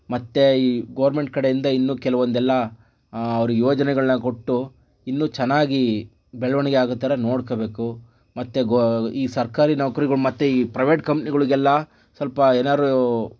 ಮತ್ತೆ ಈ ಗೋರ್ಮೆಂಟ್ ಕಡೆಯಿಂದ ಇನ್ನು ಕೆಲವೊಂದೆಲ್ಲ ಅವರಿಗೆ ಯೋಜನೆಗಳನ್ನ ಕೊಟ್ಟು ಇನ್ನೂ ಚೆನ್ನಾಗಿ ಬೆಳವಣಿಗೆ ಆಗೋ ಥರ ನೋಡ್ಕೋಬೇಕು ಮತ್ತೆ ಗೋ ಈ ಸರ್ಕಾರಿ ನೌಕರರಿಗೂ ಮತ್ತೆ ಈ ಪ್ರವೇಟ್ ಕಂಪ್ನಿಗಳಿಗೆಲ್ಲ ಸ್ವಲ್ಪ ಏನಾದ್ರು